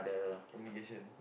communication